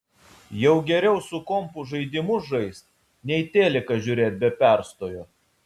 jau geriau su kompu žaidimus žaist nei teliką žiūrėt be perstojo